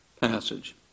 passage